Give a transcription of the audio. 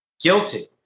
guilty